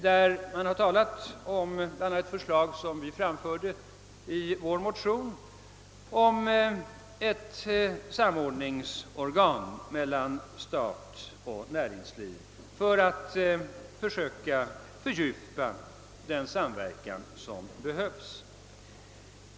De har talat bl.a. om förslag som vi framförde i vår motion om ett organ för samordning mellan stat och näringsliv för att söka fördjupa den samverkan som behövs.